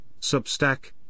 Substack